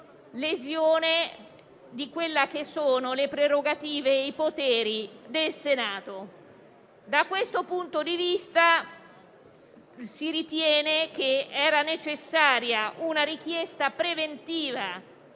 lesione delle prerogative e dei poteri del Senato. Da questo punto di vista, si ritiene fosse necessaria una richiesta preventiva